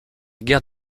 guerre